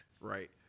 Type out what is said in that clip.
right